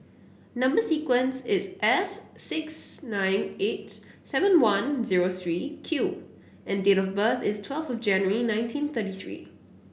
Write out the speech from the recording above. number sequence is S six nine eight seven one zero three Q and date of birth is twelfth January nineteen thirty three